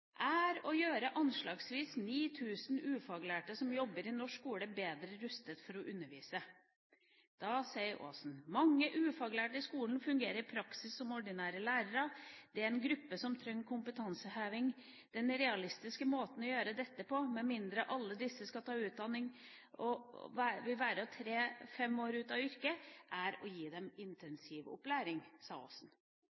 er å gjøre de anslagsvis 9 000 ufaglærte som jobber i den norske skolen bedre rustet til å undervise.» Så sier Aasen: «Mange ufaglærte i skolen fungerer i praksis som ordinære lærere. Det er en gruppe som trenger kompetanseheving. Den realistiske måten å gjøre dette på – med mindre alle disse skal ta utdanning og være tre til fem år ute av yrket – er å gi dem